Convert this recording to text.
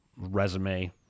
resume